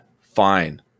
Fine